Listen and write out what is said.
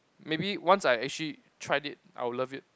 maybe once I actually tried it I'll love it